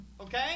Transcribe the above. Okay